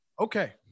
Okay